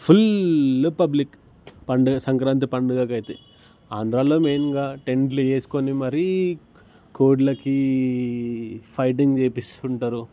full public పండుగ సంక్రాంతి పండుగకైతే ఆంధ్రాలో మెయిన్గా టెంట్లు వేసుకుని మరీ కోడిలకి ఫైటింగ్ చేయిస్తు ఉంటారు